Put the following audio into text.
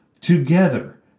Together